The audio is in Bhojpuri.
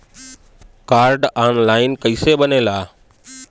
कार्ड ऑन लाइन कइसे बनेला?